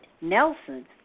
Nelson